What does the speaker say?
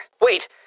Wait